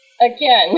Again